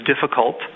difficult